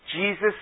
Jesus